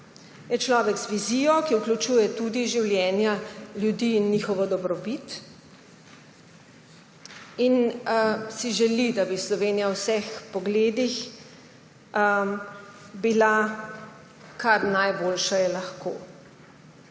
Je človek z vizijo, ki vključuje tudi življenja ljudi in njihovo dobrobit, in si želi, da bi bila Slovenija v vseh pogledih kar najboljša, je lahko.